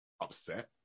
upset